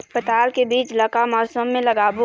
पताल के बीज ला का मौसम मे लगाबो?